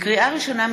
לקריאה ראשונה,